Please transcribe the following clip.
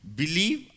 believe